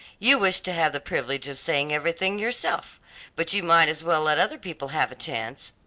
you wish to have the privilege of saying everything yourself but you might as well let other people have a chance.